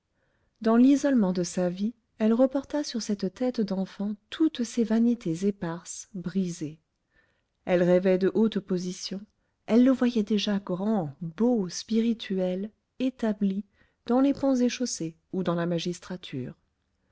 dans l'isolement de sa vie elle reporta sur cette tête d'enfant toutes ses vanités éparses brisées elle rêvait de hautes positions elle le voyait déjà grand beau spirituel établi dans les ponts et chaussées ou dans la magistrature